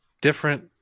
different